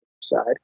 side